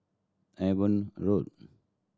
Avon Road